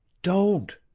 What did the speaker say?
don't!